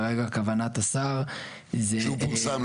כרגע כוונת השר --- כשהוא פורסם,